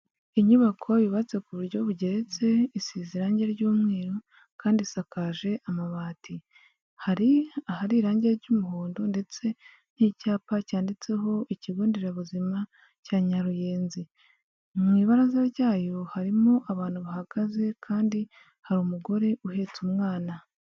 Inyubako yubatse ku buryo bugeretse, isize irangi ry'umweru kandi isakaje amabati hari ahari irangi ry'umuhondo ndetse n'icyapa cyanditseho "Ikigonderabuzima cya nyaruyenzi", mu ibaraza ryayo harimo abantu bahagaze kandi hari umugore uhetse umwana.